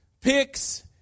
picks